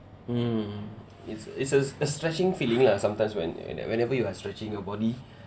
mm it's it's it's a stretching feeling lah sometimes when and whenever you are stretching your body